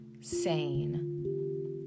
sane